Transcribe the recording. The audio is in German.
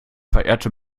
verehrte